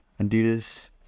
Adidas